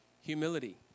humility